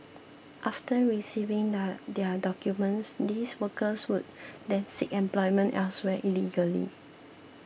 after receiving the their documents these workers would then seek employment elsewhere illegally